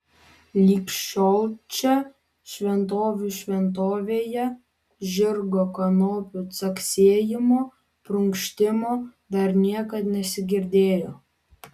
lig šiol čia šventovių šventovėje žirgo kanopų caksėjimo prunkštimo dar niekad nesigirdėjo